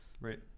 Right